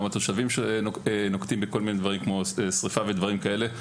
התושבים שנוקטים בכל מיני דברים כמו שריפה ודברים כאלה.